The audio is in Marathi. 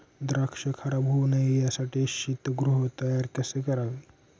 द्राक्ष खराब होऊ नये यासाठी शीतगृह तयार कसे करावे?